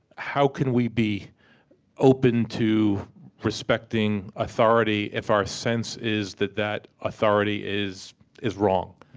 how can we be open to respecting authority if our sense is that that authority is is wrong?